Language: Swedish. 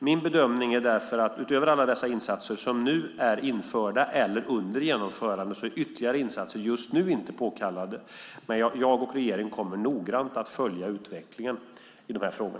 Min bedömning är därför att utöver alla dessa insatser som nu är införda eller under genomförande är ytterligare insatser inte påkallade just nu, men jag och regeringen kommer noggrant att följa utvecklingen i dessa frågor.